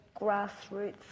grassroots